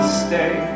stay